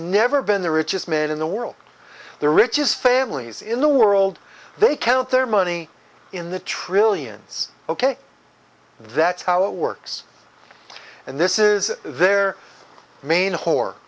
never been the richest man in the world the richest families in the world they count their money in the trillions ok that's how it works and this is their main whore